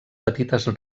petites